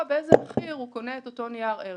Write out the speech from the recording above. באיזה מחיר הוא קונה את אותו נייר ערך.